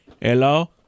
hello